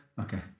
Okay